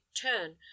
turn